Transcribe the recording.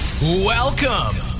Welcome